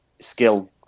skill